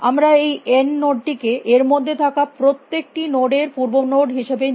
আমরা এই n নোডটিকে এর মধ্যে থাকা প্রত্যেকটি নোড এর পূর্ব নোড হিসাবে নি